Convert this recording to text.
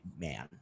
man